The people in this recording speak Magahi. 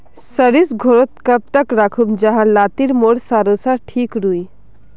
सरिस घोरोत कब तक राखुम जाहा लात्तिर मोर सरोसा ठिक रुई?